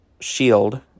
shield